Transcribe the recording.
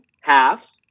halves